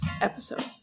episode